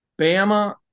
Bama